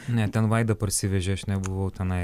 ne ten vaida parsivežė aš nebuvau tenai